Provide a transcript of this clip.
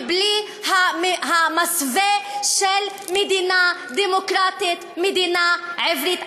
ובלי המסווה של מדינה דמוקרטית, מדינה עברית.